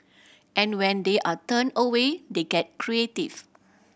and when they are turned away they get creative